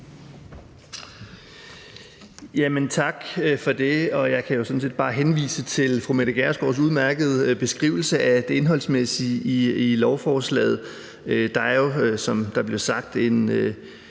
Tak for det. Jeg kan jo sådan set bare henvise til fru Mette Gjerskovs udmærkede beskrivelse af det indholdsmæssige i lovforslaget.